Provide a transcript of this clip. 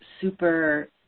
super